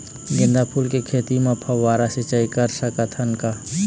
गेंदा फूल के खेती म फव्वारा सिचाई कर सकत हन का?